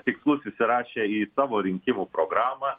tikslus įsirašę į savo rinkimų programą